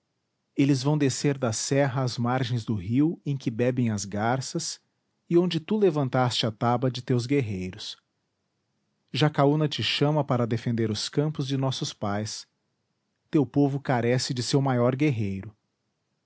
eles vão descer da serra às margens do rio em que bebem as garças e onde tu levantaste a taba de teus guerreiros jacaúna te chama para defender os campos de nossos pais teu povo carece de seu maior guerreiro